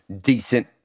decent